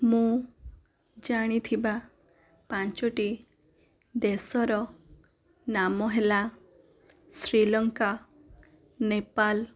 ମୁଁ ଜାଣିଥିବା ପାଞ୍ଚଟି ଦେଶର ନାମ ହେଲା ଶ୍ରୀଲଙ୍କା ନେପାଲ